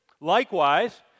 Likewise